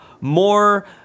more